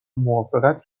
موافقت